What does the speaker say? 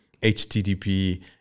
HTTP